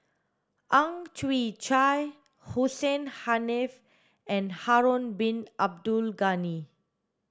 Ang Chwee Chai Hussein Haniff and Harun bin Abdul Ghani